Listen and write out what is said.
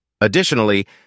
Additionally